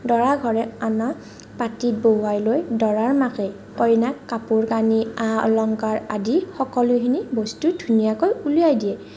দৰা ঘৰে অনা পাটিত বহুৱাই লৈ দৰাৰ মাকে কইনাক কাপোৰ কানি আ অলংকাৰ আদি সকলোখিনি বস্তু ধুনীয়াকৈ উলিয়াই দিয়ে